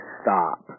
stop